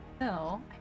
No